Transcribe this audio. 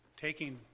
taking